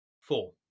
Four